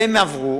הן עברו